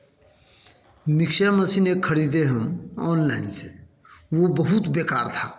mixer machine एक खरीदे हम ऑनलाइन से वह बहुत बेकार था